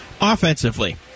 Offensively